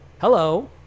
Hello